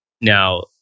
now